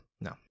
No